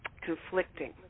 conflicting